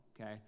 okay